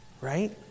Right